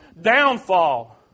downfall